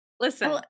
Listen